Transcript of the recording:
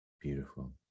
Beautiful